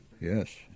Yes